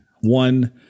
one